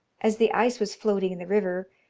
as the ice was floating in the river,